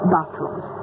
Bathrooms